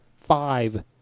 five